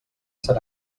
serà